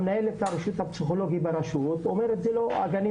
מנהלת הרשות הפסיכולוגית ברשות אומרת הגנים